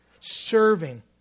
serving